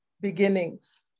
beginnings